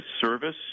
service